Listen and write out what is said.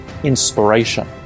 inspiration